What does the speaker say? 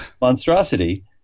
monstrosity